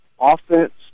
offense